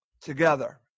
together